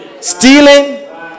Stealing